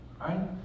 right